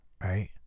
right